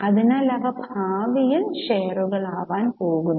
അതിനാൽ അവ ഭാവിയിൽ ഷെയറുകളാകാൻ പോകുന്നു